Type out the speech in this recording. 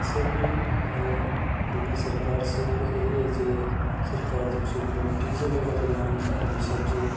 इसभ भी है लेकिन सरकारसँ यहि अर्जी है सरकार जब शुरुमे डीजल बला जे गाँवमे आदमी सभ छियै